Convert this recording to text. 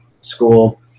school